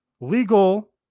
legal